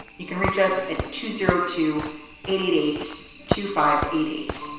you can reach us at two zero two eight eight eight two five eight eight.